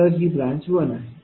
तर ही ब्रांच 1आहे